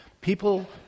People